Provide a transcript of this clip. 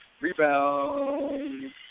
Rebound